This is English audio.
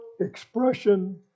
expression